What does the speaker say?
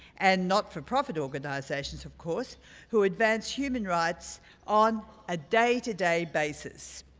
and not-for-profit organizations of course who advance human rights on a day to day basis.